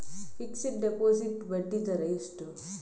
Fixed deposit ಬಡ್ಡಿ ದರ ಎಷ್ಟು?